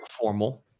formal